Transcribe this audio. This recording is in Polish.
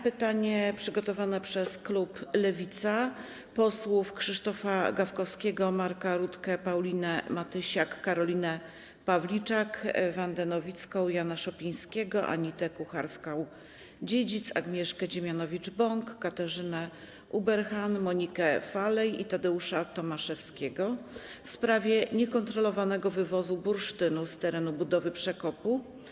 Pytanie przygotowane przez klub Lewica, posłów Krzysztofa Gawkowskiego, Marka Rutkę, Paulinę Matysiak, Karolinę Pawliczak, Wandę Nowicką, Jana Szopińskiego, Anitę Kucharską-Dziedzic, Agnieszkę Dziemianowicz-Bąk, Katarzynę Ueberhan, Monikę Falej i Tadeusza Tomaszewskiego, w sprawie niekontrolowanego wywozu bursztynu z terenu budowy przekopu.